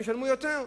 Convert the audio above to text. ישלמו יותר.